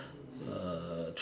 uh